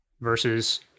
versus